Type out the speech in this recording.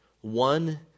one